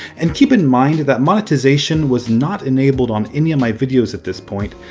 and keep in mind that monetization was not enabled on any of my videos at this point.